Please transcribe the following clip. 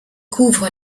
couvre